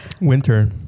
Winter